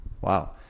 Wow